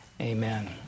amen